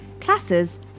classes